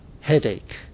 headache